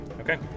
Okay